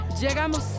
llegamos